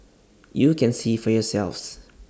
you can see for yourselves